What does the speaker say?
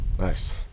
Nice